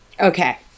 Okay